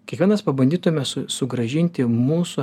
kiekvienas pabandytume su sugrąžinti mūsų